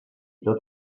tot